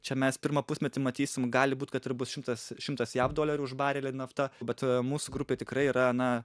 čia mes pirmą pusmetį matysim gali būt kad ir bus šimtas šimtas jav dolerių už barelį nafta bet mūsų grupė tikrai yra na